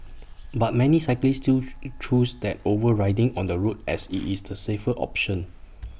but many cyclists still choose that over riding on the road as IT is the safer option